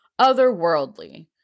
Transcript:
Otherworldly